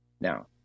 Now